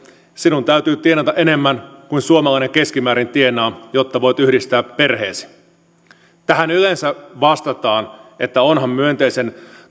sinun täytyy tienata enemmän kuin suomalainen keskimäärin tienaa jotta voit yhdistää perheesi tähän yleensä vastataan että onhan myönteisen